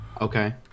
Okay